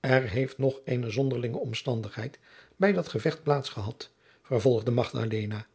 er heeft nog eene zonderlinge omstandigheid bij dat gevecht plaats gehad vervolgde magdalena